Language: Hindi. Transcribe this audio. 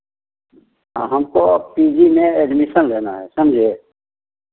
हाँ हमको पी जी में एडमिशन लेना है समझे